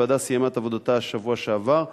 הוועדה סיימה את עבודתה בשבוע שעבר.